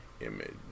image